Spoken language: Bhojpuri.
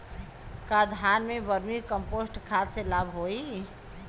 का धान में वर्मी कंपोस्ट खाद से लाभ होई?